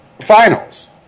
finals